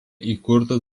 įkurtas